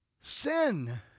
sin